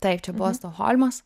taip čia buvo stokholmas